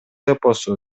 эпосу